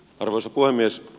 arvoisa puhemies